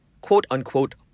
quote-unquote